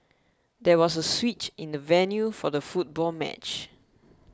there was a switch in the venue for the football match